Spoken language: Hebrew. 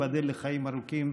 ייבדל לחיים ארוכים,